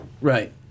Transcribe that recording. Right